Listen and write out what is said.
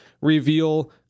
reveal